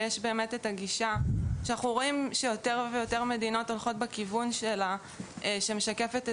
אנחנו רואים שיותר ויותר מדינות הולכות לכיוון שמשקף את